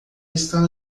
está